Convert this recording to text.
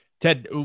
Ted